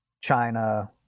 China